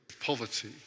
poverty